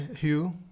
Hugh